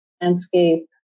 landscape